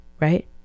right